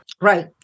Right